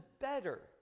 better